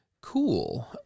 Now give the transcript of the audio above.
Cool